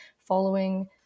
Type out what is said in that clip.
following